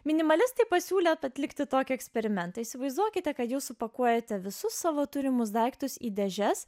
minimalistai pasiūlė atlikti tokį eksperimentą įsivaizduokite kad jūs supakuojate visus savo turimus daiktus į dėžes